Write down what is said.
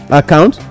account